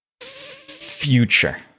Future